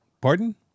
Pardon